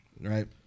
right